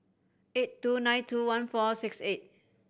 eight two nine two one four six eight